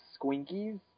squinkies